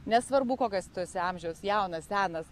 nesvarbu kokias tu esi amžiaus jaunas senas